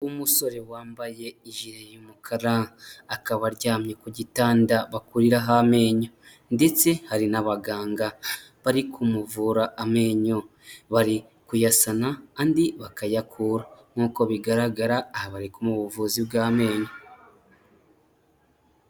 Umusore wambaye ijire y'umukara akaba aryamye ku gitanda bakuriraho amenyo ndetse hari n'abaganga bari kumuvura amenyo, bari kuyasana andi bakayakura nk'uko bigaragara aha bari kumuha ubuvuzi bw'amenyo.